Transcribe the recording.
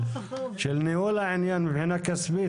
של ניהול העניין מבחינה כספית,